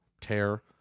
tear